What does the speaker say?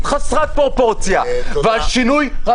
חסרת פרופורציה ועל שינוי --- תודה.